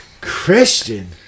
Christian